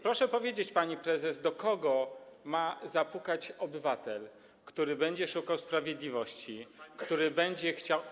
Proszę powiedzieć, pani prezes, do kogo ma zapukać obywatel, [[Poruszenie na sali]] który będzie szukał sprawiedliwości, który będzie chciał.